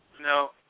No